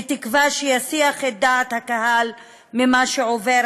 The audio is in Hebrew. בתקווה שיסיח את דעת הקהל ממה שעובר